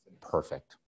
Perfect